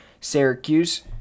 Syracuse